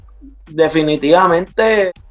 definitivamente